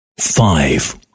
Five